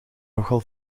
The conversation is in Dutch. nogal